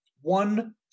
one –